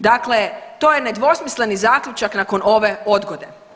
Dakle, to je nedvosmisleni zaključak nakon ove odgode.